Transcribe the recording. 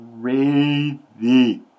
crazy